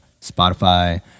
Spotify